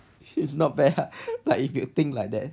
is not bad but if you think like that